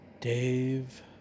Dave